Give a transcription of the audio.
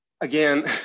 Again